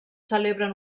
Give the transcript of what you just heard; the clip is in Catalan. celebren